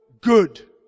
good